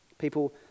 People